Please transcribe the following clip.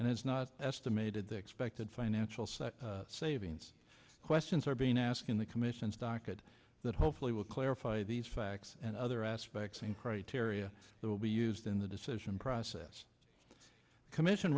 and its not estimated the expected financial set savings questions are being asked in the commission's docket that hopefully will clarify these facts and other aspects and criteria that will be used in the decision process commission